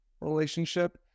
relationship